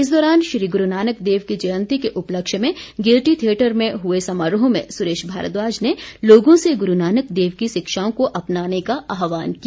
इस दौरान श्री गुरूनानक देव की जयंती के उपलक्ष्य में गेयटी थियेटर में हुए समारोह में सुरेश भारद्वाज ने लोगों से गुरूनानक देव की शिक्षाओं को अपनाने का आहवान किया